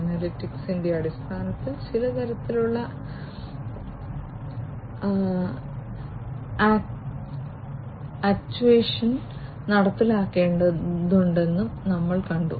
അനലിറ്റിക്സിന്റെ അടിസ്ഥാനത്തിൽ ചില തരത്തിലുള്ള ആക്ച്വേഷൻ നടപ്പിലാക്കേണ്ടതുണ്ടെന്നും ഞങ്ങൾ കണ്ടു